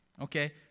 okay